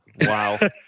Wow